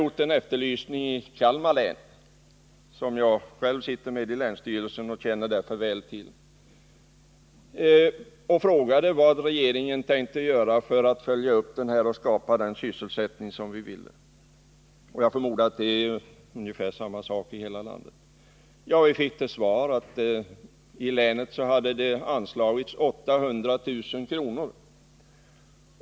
Jag sitter själv med i länsstyrelsen i Kalmar län, och vi har frågat regeringen vad den har tänkt göra för att skapa den sysselsättning som vi vill ha — jag förmodar att förhållandena är ungefär desamma i hela landet. Vi fick till svar att det hade anslagits 800 000 kr. till länet.